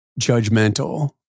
judgmental